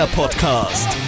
podcast